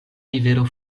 rivero